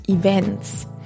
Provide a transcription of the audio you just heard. Events